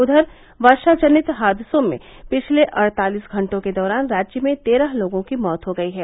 उधर वर्षाजनित हादसों में पिछले अड़तालिस घंटों के दौरान राज्य में तेरह लोगों की मौत हो गयी है